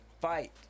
Fight